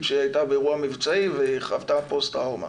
שהיא הייתה באירוע מבצעי והיא חוותה פוסט טראומה.